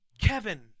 Kevin